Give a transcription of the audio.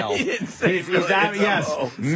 Yes